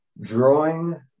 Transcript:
drawing